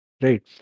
Right